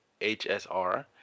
HSR